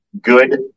good